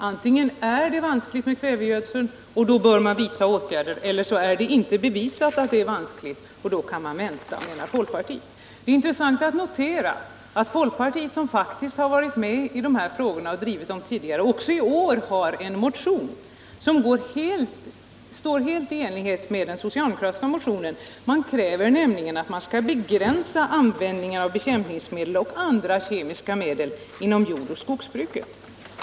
Först är det vanskligt med kvävegödsel, och då bör man vidta åtgärder. Sedan är det inte bevisat att det är vanskligt, och då kan man vänta med åtgärder. Det är intressant att notera att folkpartiet, som faktiskt har varit med och drivit dessa frågor, också i år har en motion som går helt i linje med den socialdemokratiska motionen. I den krävs nämligen att man begränsar användningen av bekämpningsmedel och andra kemiska medel inom jordoch skogsbruket.